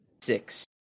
six